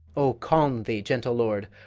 o, calm thee, gentle lord!